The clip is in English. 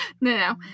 no